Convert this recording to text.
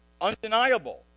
undeniable